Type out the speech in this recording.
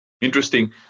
Interesting